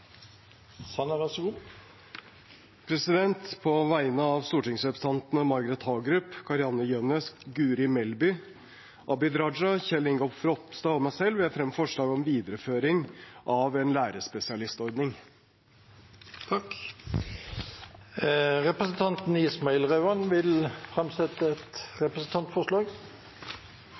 Sanner vil framsette et representantforslag. På vegne av stortingsrepresentantene Margret Hagerup, Kari-Anne Jønnes, Guri Melby, Abid Raja, Kjell Ingolf Ropstad og meg selv vil jeg fremsette et forslag om videreføring av en lærerspesialistordning. Representanten Rauand Ismail vil framsette et representantforslag.